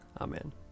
Amen